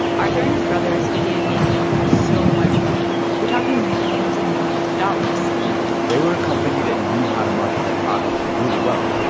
arthur and his brothers began making so much money. we're talking millions and millions of dollars they were a company that knew how to market their products really well,